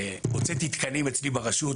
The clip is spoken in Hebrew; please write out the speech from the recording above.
הוצאתי חמישה תקנים אצלי ברשות,